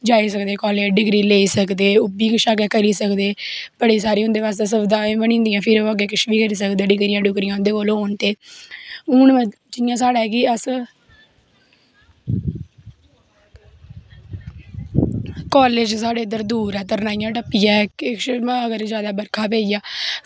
जाई सकदे college degree लेई सकदे ओह् बी अग्गें किश करी सकदे बड़ी सारी उं'दे बास्तै सुविधाएं बनी जंंदियां फिर ओह् अग्गें कुछ बी करी सकदे डिगरियां डुगरियां उं'दे कोल होन ते हून जि'यां साढ़ै कि अस कालेज साढ़ै इद्धर दूर ऐ तरनाइयां तुरनाइयां टप्पियै किश अगर जैदा पेई बरखा जा